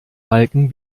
balken